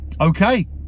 Okay